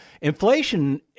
Inflation